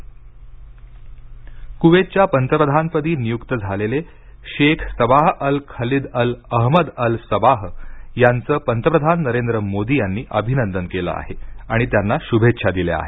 मोदी शभेच्छा कुवेतच्या पंतप्रधानपदी नियुक्त झालेले Sheikh Sabah Al Khalid Al Ahmad Al Sabah यांचं पंतप्रधान नरेंद्र मोदी यांनी अभिनंदन केलं असून त्यांना शुभेच्छा दिल्या आहेत